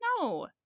No